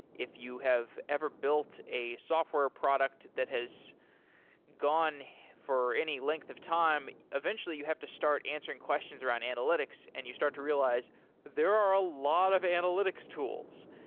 if you have ever built a software product that has gone for any length of time, eventually you have to start answering questions around analytics and you start to realize there are a lot of analytics tools.